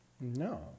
No